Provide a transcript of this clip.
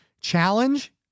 challenge